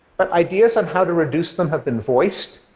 but ideas on how to reduce them have been voiced,